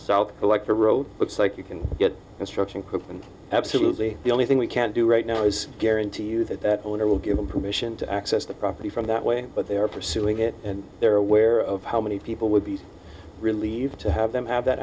south collector road looks like you can get construction company absolutely the only thing we can do right now is guarantee you the owner will give them permission to access the property from that way but they are pursuing it and they're aware of how many people would be relieved to have them have that